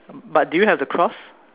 but did you have the cross